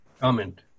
Comment